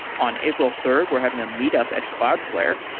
on april third, we're having a meet up at cloudflare.